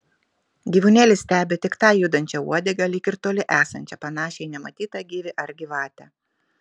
gyvūnėlis stebi tik tą judančią uodegą lyg ir toli esančią panašią į nematytą gyvį ar gyvatę